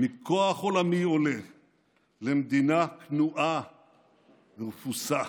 מכוח עולמי למדינה כנועה ורפוסה.